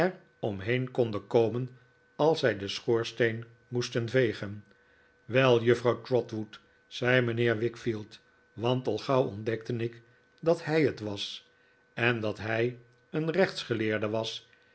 om heen konden komen als zij den schoorsteen moesten vegen wel juffrouw trotwood zei mijnheer wickfield want al gauw ontdekte ik dat hij het was en dat hij een rechtsgeleerde was